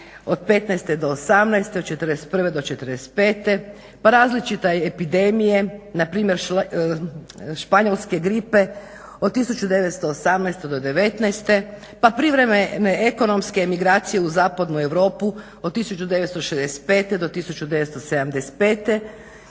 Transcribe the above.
od 1915. do 1918., od 1941. do 1945. pa različite epidemije npr. Španjolske gripe od 1918. do 1919., pa privremene ekonomske emigracije u zapadnu Europu od 1965. do 1975.